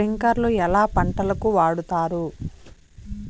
స్ప్రింక్లర్లు ఎట్లా పంటలకు వాడుతారు?